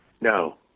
No